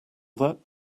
that